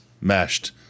meshed